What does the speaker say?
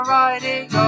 riding